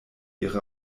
ihre